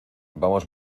vamos